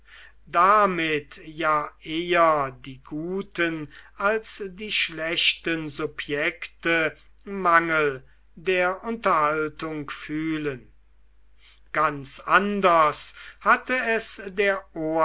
damit ja eher die guten als die schlechten subjekte mangel der unterhaltung fühlen ganz anders hatte es der